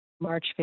March